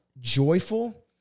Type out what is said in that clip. joyful